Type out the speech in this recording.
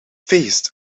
feest